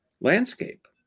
landscape